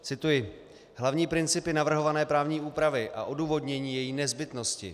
Cituji: Hlavní principy navrhované právní úpravy a odůvodnění její nezbytnosti.